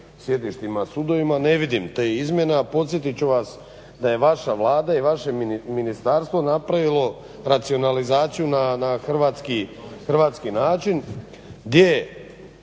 sjedištima sudova ne vidim te izmjene, a podsjetit ću vas da je vaša Vlada i vaše ministarstvo napravilo racionalizaciju na hrvatski način